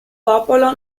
popolo